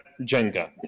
Jenga